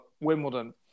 Wimbledon